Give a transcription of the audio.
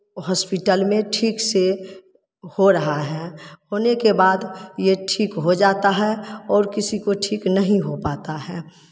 hospital में ठीक से हो रहा है होने के बाद ये ठीक हो जाता है और किसी को ठीक नहीं हो पाता है